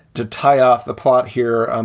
to tie off the plot here. um